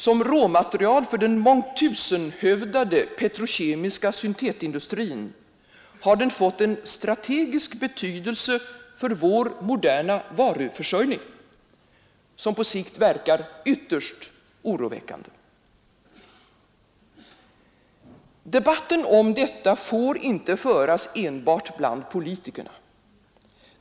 Som råmaterial för den mångtusenhövdade petrokemiska syntetindustrin har den fått en strategisk betydelse för vår moderna varuförsörjning som på sikt verkar ytterst oroväckande. Debatten om detta får inte föras enbart bland politikerna.